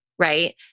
Right